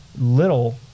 little